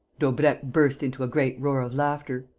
daubrecq burst into a great roar of laughter